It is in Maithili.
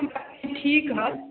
ठीक हइ